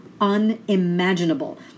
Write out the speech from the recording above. unimaginable